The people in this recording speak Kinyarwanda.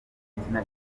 igitsina